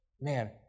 man